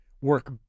work